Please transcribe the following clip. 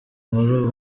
nkuru